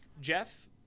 Jeff